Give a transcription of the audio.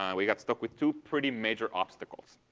and we got stuck with two pretty major obstacles.